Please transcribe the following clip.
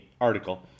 article